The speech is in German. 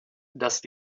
das